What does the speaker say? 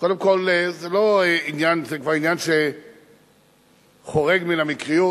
שקודם כול זה כבר עניין שחורג מהמקריות: